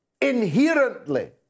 inherently